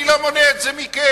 אני לא מונע את זה מכם.